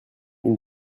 une